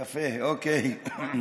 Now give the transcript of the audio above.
יפה, אוקיי.